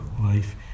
life